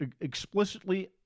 explicitly